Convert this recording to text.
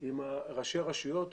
שיש לנו עם ראשי הרשויות בחברה הערבית.